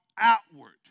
outward